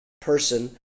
person